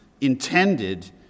intended